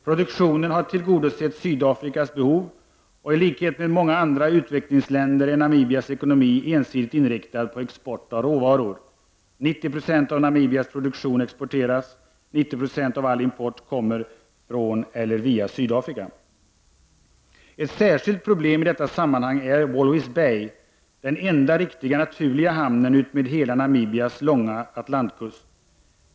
Produktionen har tillgodosett Sydafrikas behov, och i likhet med många andra utvecklingsländer är Namibias ekonomi ensidigt inriktad på export av råvaror. 90 90 av Namibias produktion exporteras. 90 90 av all import kommer från eller via Sydafrika. Ett särskilt problem i detta sammanhang är Walvis Bay, den enda riktigt naturliga hamnen utmed hela Namibias långa Atlantkust.